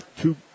two